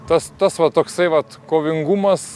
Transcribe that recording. tas tas va toksai vat kovingumas